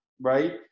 right